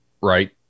right